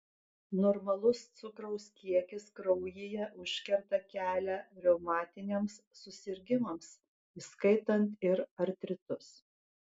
normalus cukraus kiekis kraujyje užkerta kelią reumatiniams susirgimams įskaitant ir artritus